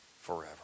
forever